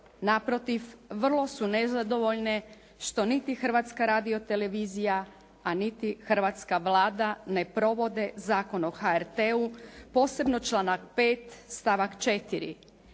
Naprotiv, vrlo su nezadovoljne što niti Hrvatska radiotelevizija, a niti Hrvatska Vlada ne provode Zakon o HRT-u, posebno članak 5. stavak 4.